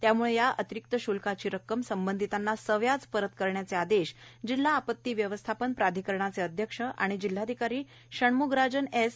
त्यामुळे या अतिरिक्त शुल्काची रक्कम संबंधितांना सव्याज परत करण्याचे आदेश जिल्हा आपती व्यवस्थापन प्राधिकरणचे अध्यक्ष तथा जिल्हाधिकारी षण्मुगराजन एस